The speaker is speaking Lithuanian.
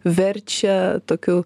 verčia tokiu